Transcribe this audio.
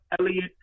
Elliot